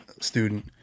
student